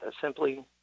simply